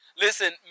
Listen